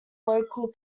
local